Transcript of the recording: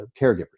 caregivers